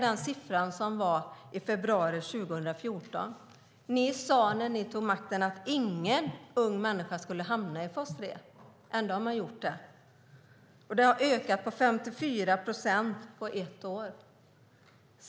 Den siffran är från februari 2014. När Alliansen tog makten sade man att ingen ung människa skulle hamna i fas 3. Ändå har det skett. Antalet har ökat med 54 procent på ett år.